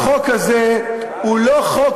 החוק הזה הוא לא חוק